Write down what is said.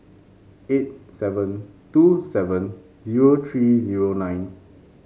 eight seven two seven zero three zero nine